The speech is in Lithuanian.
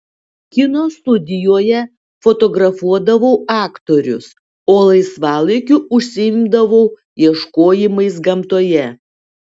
kino studijoje fotografuodavau aktorius o laisvalaikiu užsiimdavau ieškojimais gamtoje